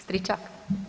Stričak.